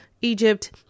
Egypt